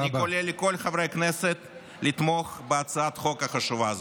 אני קורא לכל חברי הכנסת לתמוך בהצעת החוק החשובה הזאת.